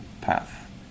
path